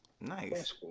Nice